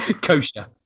Kosher